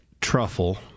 truffle